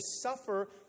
suffer